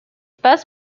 pass